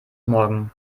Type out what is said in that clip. morgen